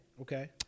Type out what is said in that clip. okay